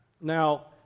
Now